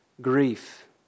grief